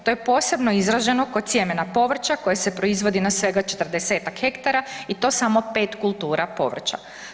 To je posebno izraženo kod sjemena povrća koje se proizvodi na svega 40-tak hektara i to samo 5 kultura povrća.